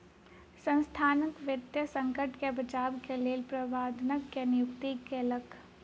संसथान वित्तीय संकट से बचाव के लेल प्रबंधक के नियुक्ति केलक